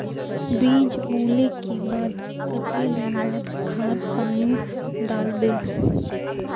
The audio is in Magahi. बीज बोले के बाद केते दिन बाद खाद पानी दाल वे?